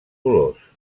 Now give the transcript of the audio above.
dolors